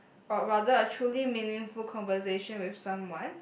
or rather a truly meaningful conversation with someone